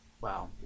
wow